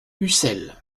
ucel